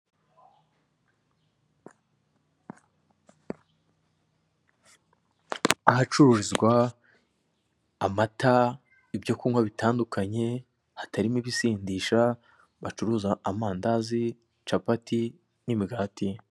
Ahacururizwa amata, ibyo kunywa bitandukanye hatarimo ibisindisha, bacuruza amandazi, capati, n'imigati.